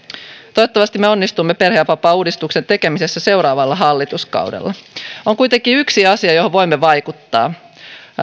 toivottavasti me onnistumme perhevapaauudistuksen tekemisessä seuraavalla hallituskaudella on kuitenkin yksi asia johon voimme vaikuttaa